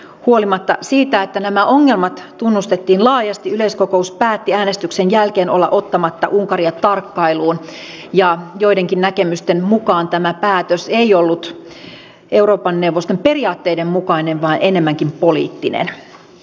huolimatta siitä että nämä ongelmat tunnustettiin laajasti yleiskokous päätti äänestyksen jälkeen olla ottamatta unkaria tarkkailuun ja joidenkin näkemysten mukaan tämä päätös ei ollut euroopan neuvoston periaatteiden mukainen vaan enemmänkin poliittinen